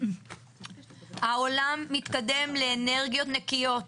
העולם מתקדם לאנרגיות נקיות,